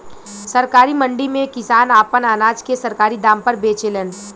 सरकारी मंडी में किसान आपन अनाज के सरकारी दाम पर बेचेलन